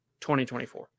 2024